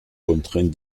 contraints